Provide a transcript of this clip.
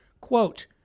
Quote